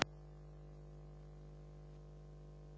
Hvala vam